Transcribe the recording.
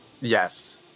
Yes